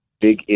big